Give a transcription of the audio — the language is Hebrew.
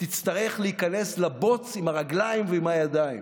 תצטרך להיכנס לבוץ עם הרגליים ועם הידיים.